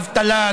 אבטלה,